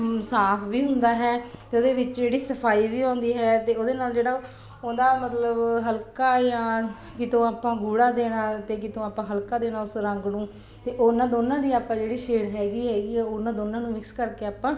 ਸਾਫ਼ ਵੀ ਹੁੰਦਾ ਹੈ ਅਤੇ ਉਹਦੇ ਵਿੱਚ ਜਿਹੜੀ ਸਫ਼ਾਈ ਵੀ ਆਉਂਦੀ ਹੈ ਅਤੇ ਉਹਦੇ ਨਾਲ ਜਿਹੜਾ ਉਹਦਾ ਮਤਲਬ ਹਲਕਾ ਜਾਂ ਕਿਤੋਂ ਆਪਾਂ ਗੂੜ੍ਹਾ ਦੇਣਾ ਅਤੇ ਕਿਤੋਂ ਆਪਾਂ ਹਲਕਾ ਦੇਣਾ ਉਸ ਰੰਗ ਨੂੰ ਅਤੇ ਉਹਨਾਂ ਦੋਨੋਂ ਦੀ ਆਪਾਂ ਜਿਹੜੀ ਸ਼ੇਡ ਹੈਗੀ ਹੈਗੀ ਉਨ੍ਹਾਂ ਦੋਨਾਂ ਨੂੰ ਮਿਕਸ ਕਰਕੇ ਆਪਾਂ